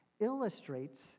illustrates